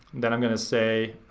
then i'm gonna say,